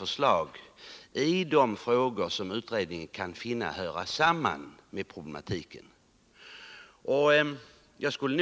Enligt en liten klausul som brukar läggas till efteråt är det alltid utredningen obetaget